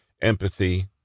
empathy